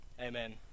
amen